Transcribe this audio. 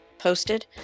Posted